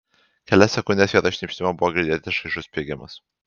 kelias sekundes vietoj šnypštimo buvo girdėti šaižus spiegimas